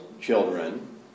children